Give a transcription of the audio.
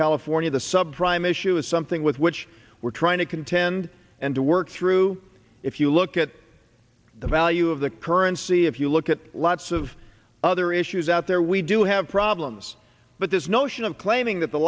california the sub prime issue is something with which we're trying to contend and to work through if you look at the value of the currency if you look at lots of other issues out there we do have problems but this notion of claiming that the